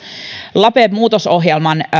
lape muutosohjelman